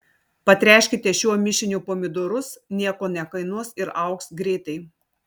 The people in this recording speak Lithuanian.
patręškite šiuo mišiniu pomidorus nieko nekainuos ir augs greitai